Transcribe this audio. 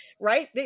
right